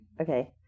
Okay